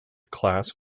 class